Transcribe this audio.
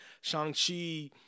Shang-Chi